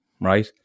right